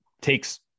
takes